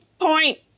point